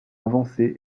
avancées